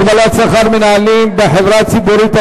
הגבלת שכר מנהלים בחברה ציבורית),